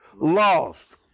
lost